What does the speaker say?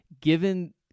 Given